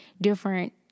different